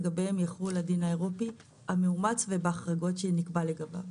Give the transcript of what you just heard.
לגביהם יחול הדין האירופי המאומץ ובהחרגות שנקבע לגביו.